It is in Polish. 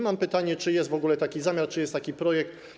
Mam pytanie: Czy jest w ogóle taki zamiar, czy jest taki projekt?